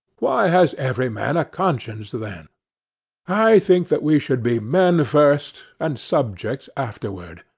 why has every man a conscience then? i think that we should be men first, and subjects afterward.